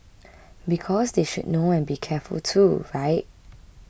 because they should know and be careful too right